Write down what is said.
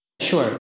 Sure